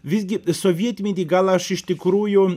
visgi sovietmetį gal aš iš tikrųjų